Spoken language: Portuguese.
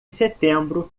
setembro